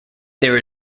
there